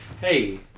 hey